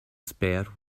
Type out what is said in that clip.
spared